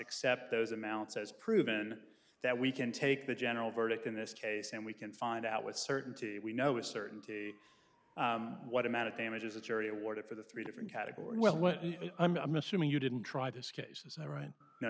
accept those amounts has proven that we can take the general verdict in this case and we can find out with certainty we know a certainty what amount of damages the jury awarded for the three different category well what i'm assuming you didn't try this case as a right now